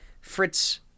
Fritz